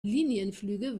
linienflüge